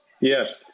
Yes